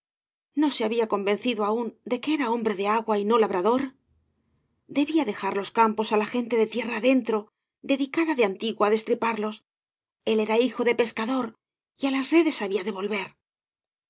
no se había convencido aun de que era hombre de agua y no labrador dsbía dejar los campos á la gente de tierra adentro dedicada de antiguo á destriparlos el era hijo de pescador y á las redes había